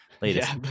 latest